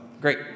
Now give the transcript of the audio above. great